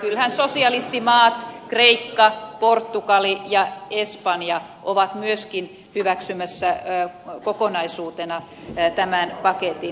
kyllähän sosialistimaat kreikka portugali ja espanja ovat myöskin hyväksymässä kokonaisuutena tämän paketin